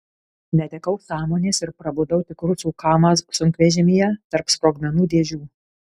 netekau sąmonės ir prabudau tik rusų kamaz sunkvežimyje tarp sprogmenų dėžių